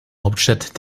hauptstadt